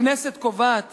הכנסת קובעת